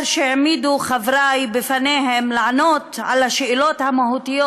שהעמידו חברי בפניהם: לענות על השאלות המהותיות.